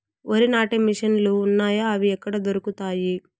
వరి నాటే మిషన్ ను లు వున్నాయా? అవి ఎక్కడ దొరుకుతాయి?